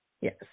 yes